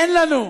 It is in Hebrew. אין לנו.